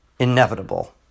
inevitable